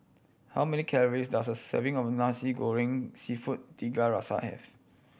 how many calories does a serving of Nasi Goreng Seafood Tiga Rasa have